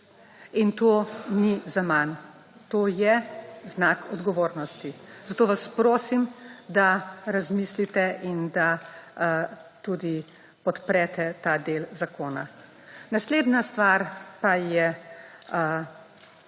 in to ni za manj. To je znak odgovornosti, zato vas prosim, da razmislite in tudi podprete ta del zakona. Naslednja stvar pa je